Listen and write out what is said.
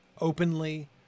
openly